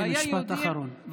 משפט אחרון.